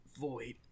void